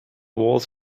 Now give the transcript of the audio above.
walls